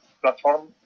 platform